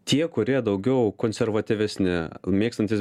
tie kurie daugiau konservatyvesni mėgstantys